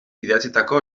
idatzitako